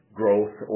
growth